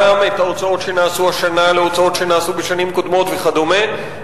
גם את ההוצאות שנעשו השנה להוצאות שנעשו בשנים קודמות וכדומה,